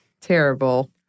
Terrible